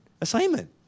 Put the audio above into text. assignment